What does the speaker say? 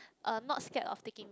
uh not scared of taking